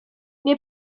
nie